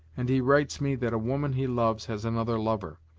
and he writes me that a woman he loves has another lover.